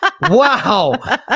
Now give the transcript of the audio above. Wow